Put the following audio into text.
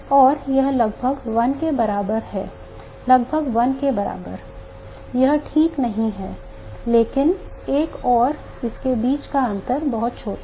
और यह लगभग 1 के बराबर है लगभग 1 के बराबर यह ठीक 1 नहीं है लेकिन 1 और इसके बीच का अंतर बहुत छोटा है